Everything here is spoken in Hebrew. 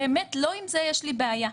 באמת לא עם זה יש לי בעיה,